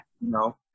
No